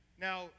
Now